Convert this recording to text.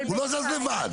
הוא לא זז לבד.